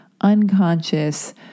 unconscious